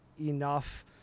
enough